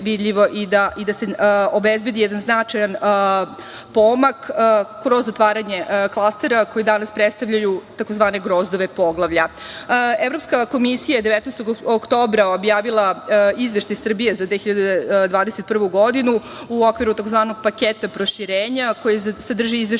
i da se obezbedi jedan značajan pomak kroz otvaranje klastera koji danas predstavljaju tzv. grozdove poglavlja. Evropska komisija je 19. oktobra objavila Izveštaj Srbije za 2021. godinu u okviru tzv. Paketa proširenja, koji sadrži izveštaj